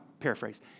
paraphrase